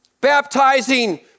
baptizing